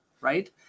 right